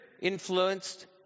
influenced